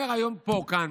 אומר היום פה כאן,